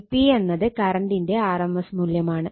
Ip എന്നത് കറണ്ടിന്റെ rms മൂല്യമാണ്